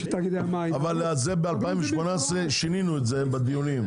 תאגידי המים --- אבל זה ב-2018 שינינו את זה בדיונים.